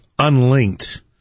unlinked